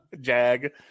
Jag